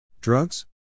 Drugs